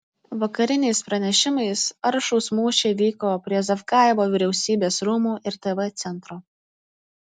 vakariniais pranešimais aršūs mūšiai vyko prie zavgajevo vyriausybės rūmų ir tv centro